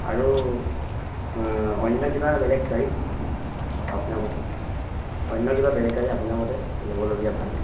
আৰু অন্য কিবা বেলেগ গাড়ী আপোনাৰ মতে অন্য কিবা বেলেগ গাড়ী আপোনাৰ মতে ল'বলগীয়া ভাল